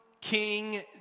King